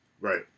Right